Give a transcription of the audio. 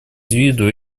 виду